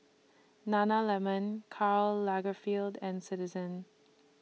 Nana Lemon Karl Lagerfeld and Citizen